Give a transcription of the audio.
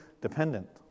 dependent